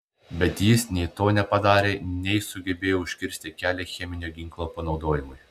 bet jis nei to nepadarė nei sugebėjo užkirsti kelią cheminio ginklo panaudojimui